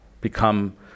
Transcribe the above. become